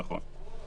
נכון.